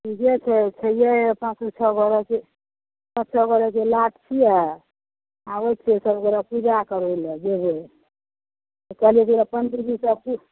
पूजे छै छै आबै छियै सब गोटा पूजा करय लऽ जेबै कहलिऐ जे पंडीजी से पुछि